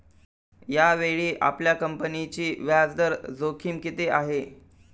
यावेळी आपल्या कंपनीची व्याजदर जोखीम किती आहे?